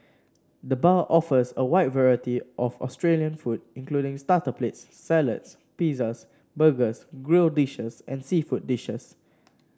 the bar offers a wide variety of Australian food including starter plates salads pizzas burgers grill dishes and seafood dishes